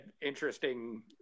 interesting